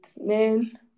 man